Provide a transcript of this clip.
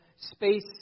space